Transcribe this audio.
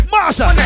Marsha